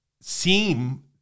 seem